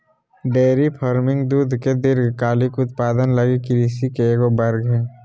dairy farming दूध के दीर्घकालिक उत्पादन लगी कृषि के एगो वर्ग हइ